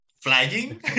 flagging